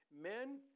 Men